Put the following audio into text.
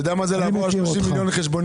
אתה יודע מה זה לעבור על 30 מיליון חשבוניות?